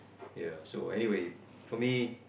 ya so anyway for me